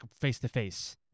face-to-face